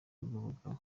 rugobagoba